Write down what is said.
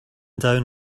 down